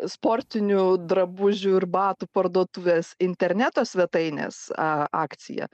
sportinių drabužių ir batų parduotuvės interneto svetainės a akcija